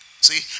See